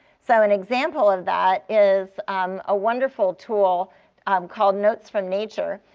so an example of that is um a wonderful tool um called notes from nature.